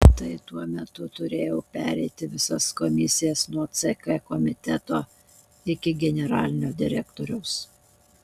tai tuo metu turėjau pereiti visas komisijas nuo ck komiteto iki generalinio direktoriaus